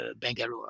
Bangalore